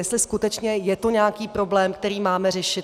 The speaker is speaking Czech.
Jestli skutečně je to nějaký problém, který máme řešit.